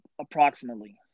approximately